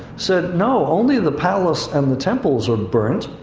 said, no, only the palace and the temples are burnt.